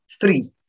three